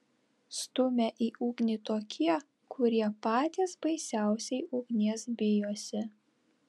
stumia į ugnį tokie kurie patys baisiausiai ugnies bijosi